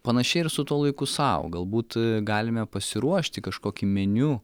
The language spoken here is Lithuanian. panašiai ir su tuo laiku sau galbūt galime pasiruošti kažkokį meniu